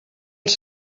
els